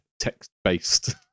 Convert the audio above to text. text-based